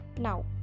Now